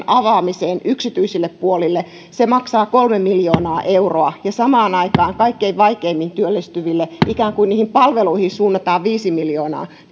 avaamiseen yksityisille puolille se maksaa kolme miljoonaa euroa ja samaan aikaan kaikkein vaikeimmin työllistyville ikään kuin niihin palveluihin suunnataan viisi miljoonaa